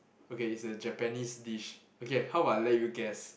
okay is a Japanese dish okay how about I let you guess